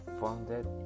founded